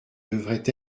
devraient